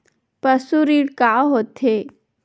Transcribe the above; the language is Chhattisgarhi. पशु ऋण का होथे?